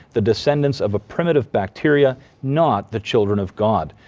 the descendants of a primitive bacteria, not the children of god.